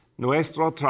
Nuestro